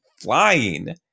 flying